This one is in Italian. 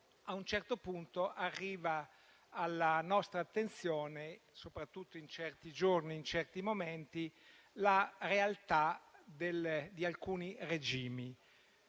ad un certo punto arriva alla nostra attenzione, soprattutto in certi giorni e in certi momenti, la realtà di alcuni regimi.